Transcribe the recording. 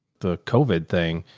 the covid thing.